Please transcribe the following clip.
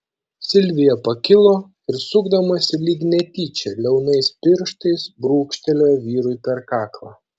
silvija pakilo ir sukdamasi lyg netyčia liaunais pirštais brūkštelėjo vyrui per kaklą